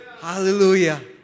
Hallelujah